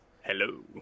Hello